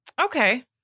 Okay